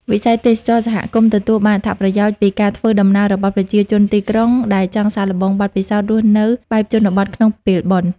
វិស័យទេសចរណ៍សហគមន៍ទទួលបានអត្ថប្រយោជន៍ពីការធ្វើដំណើររបស់ប្រជាជនទីក្រុង ដែលចង់សាកល្បងបទពិសោធន៍រស់នៅបែបជនបទក្នុងពេលបុណ្យ។